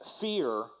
fear